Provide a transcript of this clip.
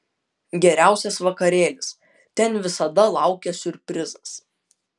geriausias vakarėlis ten visada laukia siurprizas